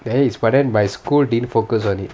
there is but then my school didn't focus on it